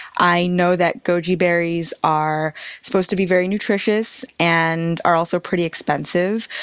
i know that goji berries are supposed to be very nutritious and are also pretty expensive,